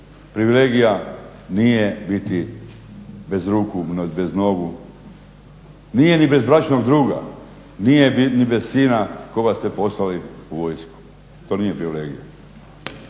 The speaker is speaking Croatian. Privilegija nije biti bez ruku, bez nogu, nije ni bez bračnog druga, nije ni bez sina koga ste poslali u vojsku. To nije privilegija.